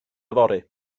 yfory